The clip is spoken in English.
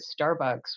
Starbucks